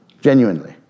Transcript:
genuinely